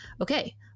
okay